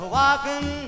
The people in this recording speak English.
walking